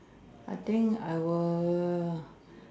I think I will